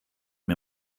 mir